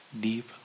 deep